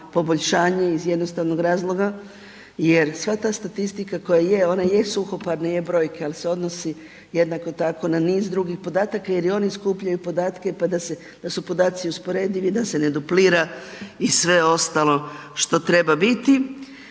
poboljšanje iz jednostavnog razloga jer sva ta statistika koja je, ona je suhoparna, je brojke, al se odnosi jednako tako na niz drugih podataka jer i oni skupljaju podatke, pa da se, da su podaci usporedivi, da se ne duplira i sve ostalo što treba biti,